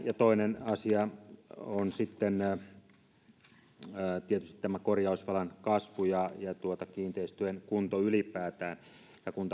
ja toinen asia on sitten tietysti tämä korjausvelan kasvu ja kiinteistöjen kunto ylipäätään ja kun